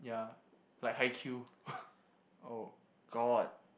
oh god